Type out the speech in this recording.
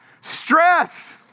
Stress